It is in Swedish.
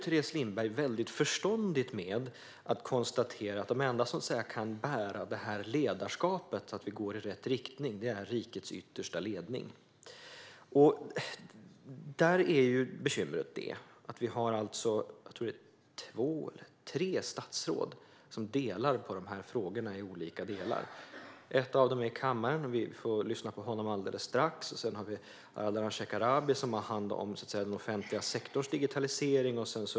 Teres Lindberg avslutade förståndigt med att konstatera att de enda som kan bära ledarskapet så att vi går i rätt riktning är rikets yttersta ledning. Där är bekymret att det finns två eller tre statsråd som delar på frågorna. Ett av dem är i kammaren, och vi får lyssna på honom alldeles strax. Sedan har vi Ardalan Shekarabi, som har hand om den offentliga sektorns digitalisering.